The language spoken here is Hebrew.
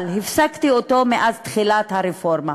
אבל הפסקתי אותו מאז תחילת הרפורמה".